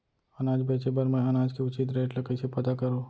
अनाज बेचे बर मैं अनाज के उचित रेट ल कइसे पता करो?